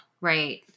Right